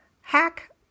hack